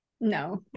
No